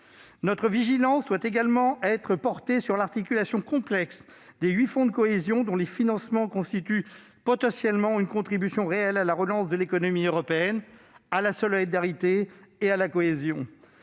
Notre vigilance doit porter également sur l'articulation complexe des huit fonds de cohésion, dont les financements constituent potentiellement une contribution réelle à la relance de l'économie européenne, à la solidarité et à la cohésion